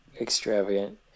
extravagant